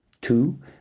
Two